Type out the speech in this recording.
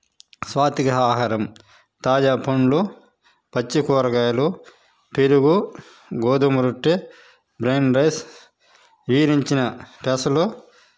సాత్విక ఆహారం తాజా పండ్లు పచ్చి కూరగాయలు పెరుగు గోధుమ రొట్టె బ్రౌన్ రైస్ వేయించిన పెసలు